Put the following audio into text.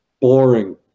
boring